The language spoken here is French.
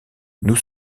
nous